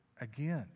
again